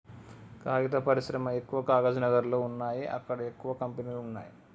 కాగితం పరిశ్రమ ఎక్కవ కాగజ్ నగర్ లో వున్నాయి అక్కడ ఎక్కువ కంపెనీలు వున్నాయ్